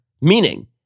meaning